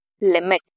limit